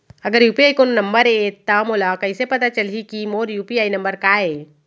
अगर यू.पी.आई कोनो नंबर ये त मोला कइसे पता चलही कि मोर यू.पी.आई नंबर का ये?